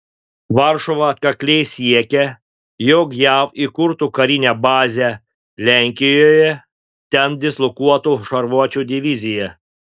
varšuva atkakliai siekia jog jav įkurtų karinę bazę lenkijoje ten dislokuotų šarvuočių diviziją